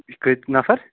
یہِ کٔتۍ نَفر